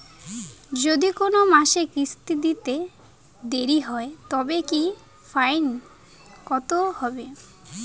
যদি কোন মাসে কিস্তি দিতে দেরি হয় তবে কি ফাইন কতহবে?